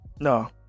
No